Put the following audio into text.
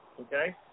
Okay